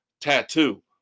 Tattoo